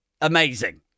amazing